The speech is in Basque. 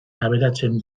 aberatsen